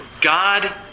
God